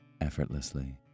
effortlessly